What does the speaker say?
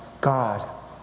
God